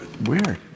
weird